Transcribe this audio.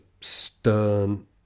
stern